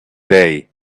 day